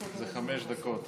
זה חמש דקות.